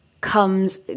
comes